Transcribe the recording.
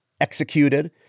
executed